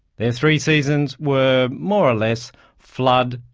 their three seasons were more or less flood,